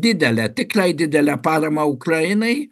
didelę tikrai didelę paramą ukrainai